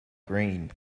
green